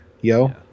yo